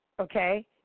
okay